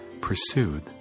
pursued